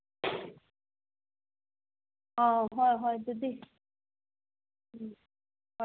ꯑꯥ ꯍꯣꯏ ꯍꯣꯏ ꯑꯗꯨꯗꯤ ꯎꯝ